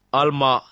alma